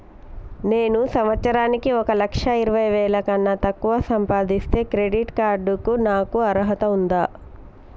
నేను సంవత్సరానికి ఒక లక్ష ఇరవై వేల కన్నా తక్కువ సంపాదిస్తే క్రెడిట్ కార్డ్ కు నాకు అర్హత ఉందా?